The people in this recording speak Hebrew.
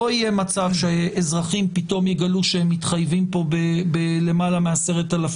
לא יהיה מצב שאזרחים פתאום יגלו שהם מתחייבים פה בלמעלה מ-10,000